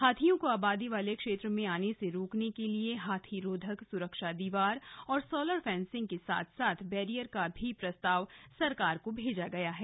हाथियों को आबादी वाले क्षेत्र में आने से रोकने के लिए हाथी रोधक सुरक्षा दीवार और सोलर फेंसिंग के साथ साथ बैरियर का भी प्रस्ताव सरकार को भेजा गया है